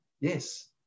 Yes